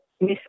Miss